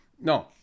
No